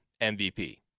MVP